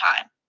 time